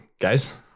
guys